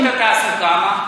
בשירות התעסוקה, מה?